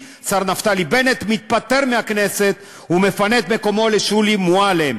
השר נפתלי בנט מתפטר מהכנסת ומפנה את מקומו לשולי מועלם,